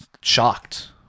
shocked